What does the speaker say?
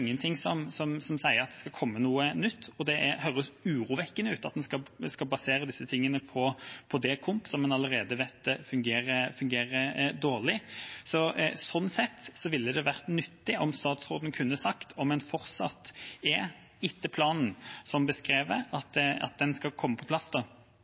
som tilsier at det skal komme noe nytt, og det høres urovekkende ut at en skal basere disse tingene på DeKomp, som en allerede vet fungerer dårlig. Sånn sett ville det vært nyttig om statsråden kunne sagt om en fortsatt er etter planen som beskrevet, at en skal komme på plass